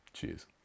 Cheers